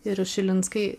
ir šilinskai